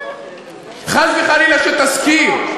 חס וחלילה שתזכיר.